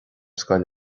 scoil